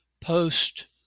post